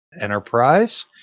Enterprise